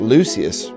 Lucius